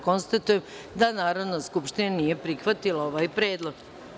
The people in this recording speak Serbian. Konstatujem da Narodna skupština nije prihvatila ovaj predlog.